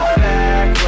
back